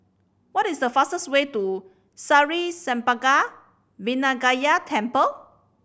what is the fastest way to Sri Senpaga Vinayagar Temple